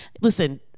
listen